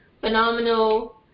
phenomenal